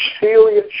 Celia